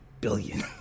billion